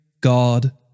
God